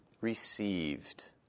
received